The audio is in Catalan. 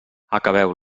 acabeu